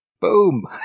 Boom